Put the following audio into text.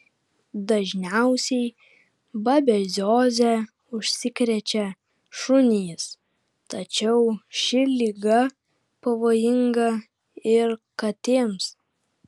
dažniausiai babezioze užsikrečia šunys tačiau ši liga pavojinga ir katėms